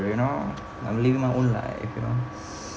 you know I'm living my own life you know